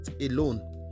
alone